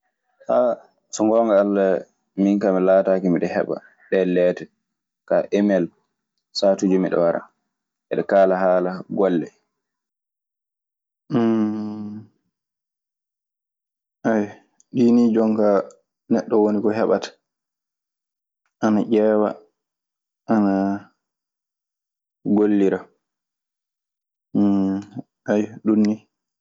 so gonga alla min ka mi lataki miɗɗon heba ɗe lete. Ka emal satu miɗo wada, hebe kala hala gole. ɗi ni jooni ka neɗɗo woni ko heɓata. Ana ƴeewa, ana gollira. Aywa, ɗum ni.